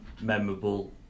memorable